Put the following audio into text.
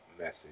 message